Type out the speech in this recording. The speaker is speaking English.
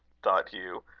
thought hugh,